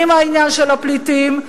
עם העניין של הפליטים,